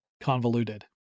convoluted